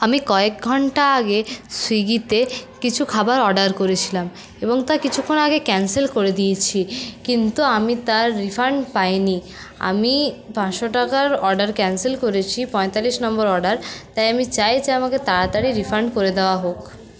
আমি কয়েক ঘন্টা আগে সুইগিতে কিছু খাবার অর্ডার করেছিলাম এবং তা কিছুক্ষণ আগে ক্যান্সেল করে দিয়েছি কিন্তু আমি তার রিফান্ড পাইনি আমি পাঁচশো টাকার অর্ডার ক্যান্সেল করেছি পয়তাল্লিশ নম্বর অর্ডার তাই আমি চাই যে আমাকে তাড়াতাড়ি রিফান্ড করে দেওয়া হোক